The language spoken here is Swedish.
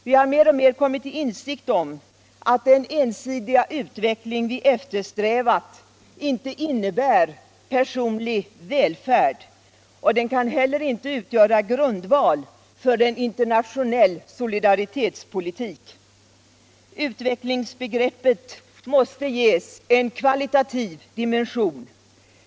Vi har mer och mer kommit till insikt om att den ensidiga utveckling som vi eftersträvat inte innebär personlig välfärd — den kan heller inte utgöra grundval för en internationell solidaritetspolitik. Utvecklingsbegreppet måste ges en kvalitativ dimension.